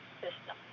system